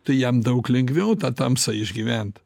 tai jam daug lengviau tą tamsą išgyvent